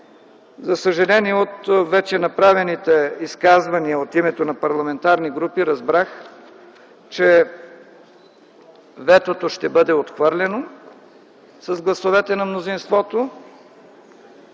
За съжаление от вече направените изказвания от името на парламентарни групи разбрах, че ветото ще бъде отхвърлено с гласовете на мнозинството.